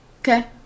Okay